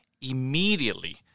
Immediately